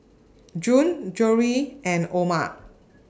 June Jory and Omer